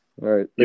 right